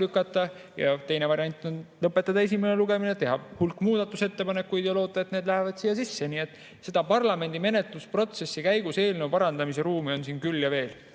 lükata. Teine variant on lõpetada esimene lugemine, teha hulk muudatusettepanekuid ja loota, et need lähevad siia sisse. Nii et seda parlamendi menetlusprotsessi käigus eelnõu parandamise ruumi on siin küll ja veel.